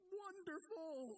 wonderful